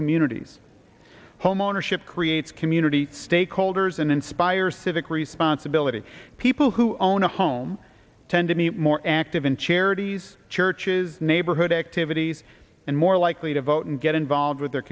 communities homeownership creates community stakeholders and inspires civic responsibility people who own a home tend to be more active in charities churches neighborhood activities and more likely to vote and get involved with their